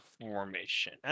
formation